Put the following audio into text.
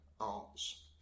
arts